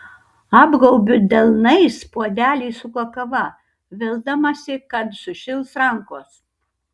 apgaubiu delnais puodelį su kakava vildamasi kad sušils rankos